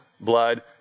blood